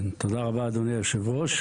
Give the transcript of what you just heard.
תודה רבה, אדוני היושב-ראש.